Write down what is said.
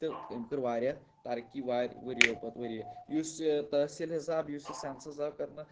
تہٕ أمۍ کٔر واریاہ ترقی وارِ ؤرۍ یَو پَتہٕ ؤرۍ یہِ یُس تحصیٖل حِساب یُس یہِ سینسٮ۪س آو کَرنہٕ